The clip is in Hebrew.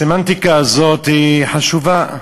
הסמנטיקה הזאת היא חשובה,